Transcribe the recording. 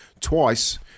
twice